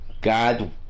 God